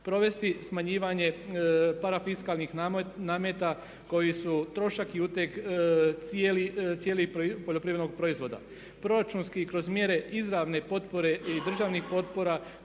provesti smanjivanje parafiskalnih nameta koji su trošak i uteg cijelog poljoprivrednog proizvoda, proračunski kroz mjere izravne potpore i državnih potpora